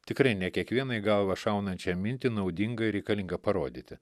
tikrai ne kiekvieną į galvą šaunančią mintį naudinga reikalinga parodyti